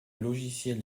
logiciel